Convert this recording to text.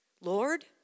Lord